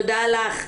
תודה לך.